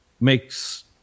makes